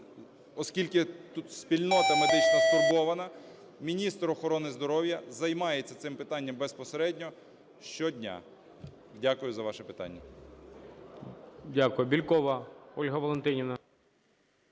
оскільки тут спільнота медична стурбована, міністр охорони здоров'я займається цим питанням безпосередньо щодня. Дякую за ваше питання.